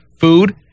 food